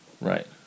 Right